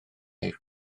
eich